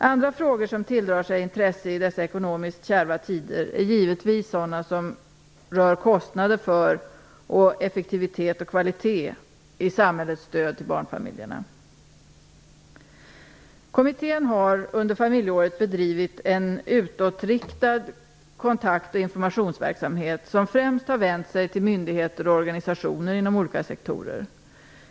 Andra frågor som tilldrar sig intresse i dessa ekonomiskt kärva tider är givetvis sådana som rör kostnader för samt effektivitet och kvalitet i samhällets stöd till barnfamiljerna. Kommittén har under familjeåret bedrivit en utåtriktad kontakt och informationsverksamhet, som främst vänt sig till myndigheter och organisationer inom olika sektorer.